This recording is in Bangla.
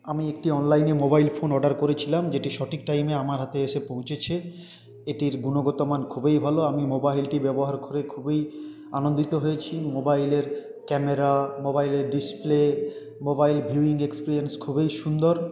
আমি একটি অনলাইনে মোবাইল ফোন অর্ডার করেছিলাম যেটি সঠিক টাইমে আমার হাতে এসে পৌঁছেছে এটির গুণগত মান খুবই ভালো আমি মোবাইলটি ব্যবহার করে খুবই আনন্দিত হয়েছি মোবাইলের ক্যামেরা মোবাইলের ডিসপ্লে মোবাইল ভিউইং এক্সপেরিএন্স খুবই সুন্দর